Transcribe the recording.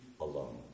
alone